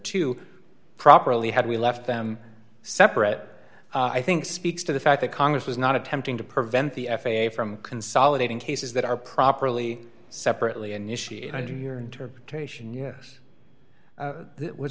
two properly had we left them separate i think speaks to the fact that congress was not attempting to prevent the f a a from consolidating cases that are properly separately initiated under your interpretation yes what